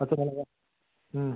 பச்சைமிளகா